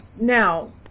Now